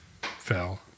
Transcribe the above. fell